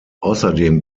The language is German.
außerdem